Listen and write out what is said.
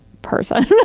person